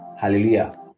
Hallelujah